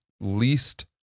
least